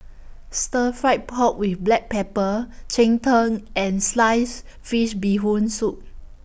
Stir Fried Pork with Black Pepper Cheng Tng and Sliced Fish Bee Hoon Soup